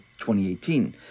2018